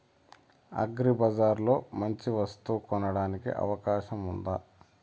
అగ్రిబజార్ లో మంచి వస్తువు కొనడానికి అవకాశం వుందా?